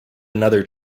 another